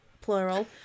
plural